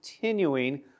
continuing